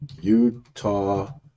Utah